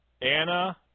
Anna